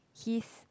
he's